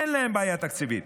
אין להן בעיה תקציבית.